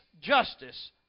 justice